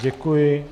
Děkuji.